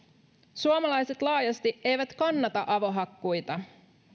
suomalaiset laajasti eivät kannata avohakkuita